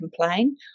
complain